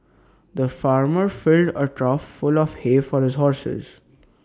the farmer filled A trough full of hay for his horses